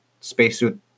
spacesuit